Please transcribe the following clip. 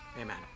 Amen